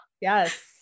yes